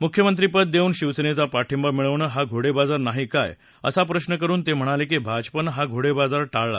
मुख्यमंत्रीपद देऊन शिवसेनेचा पाठिंबा मिळवणं हा घोडेबाजार नाही काय असा प्रश्न करून ते म्हणाले की भाजपानं हा घोडेबाजार टाळला